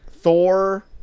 Thor